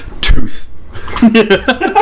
tooth